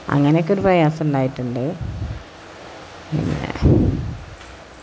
അങ്ങനെ ഒക്കെ ഒരു പ്രയസമുണ്ടായിട്ടുണ്ട് പിന്നെ